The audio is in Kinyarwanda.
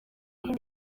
kuri